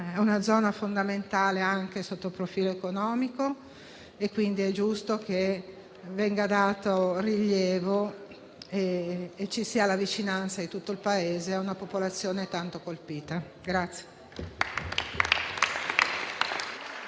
di una zona fondamentale anche sotto il profilo economico, quindi è giusto che le venga dato rilievo e che ci sia la vicinanza di tutto il Paese a una popolazione tanto colpita.